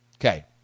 Okay